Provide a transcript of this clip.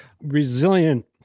resilient